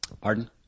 pardon